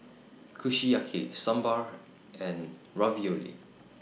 Kushiyaki Sambar and Ravioli